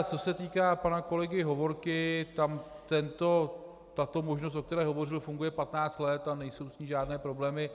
Co se týká pana kolegy Hovorky, tam tato možnost, o které hovořil, funguje patnáct let a nejsou s ní žádné problémy.